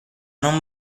non